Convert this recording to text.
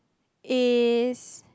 is